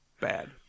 bad